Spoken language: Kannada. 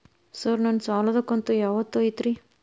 ಸರ್ ನನ್ನ ಸಾಲದ ಕಂತು ಯಾವತ್ತೂ ಐತ್ರಿ?